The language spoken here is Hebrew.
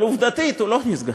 אבל עובדתית הוא לא נסגר.